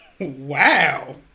Wow